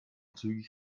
zügig